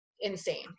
insane